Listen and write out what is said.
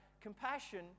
Compassion